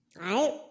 right